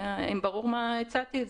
האם ברור מה הצעתי?